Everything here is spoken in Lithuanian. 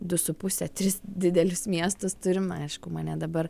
du su puse tris didelius miestus turim aišku mane dabar